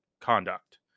conduct